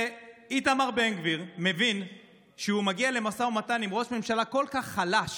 כשאיתמר בן גביר מבין שהוא מגיע למשא ומתן עם ראש ממשלה כל כך חלש